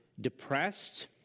depressed